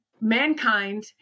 mankind